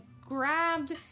grabbed